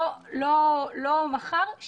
לא מחר שלשום.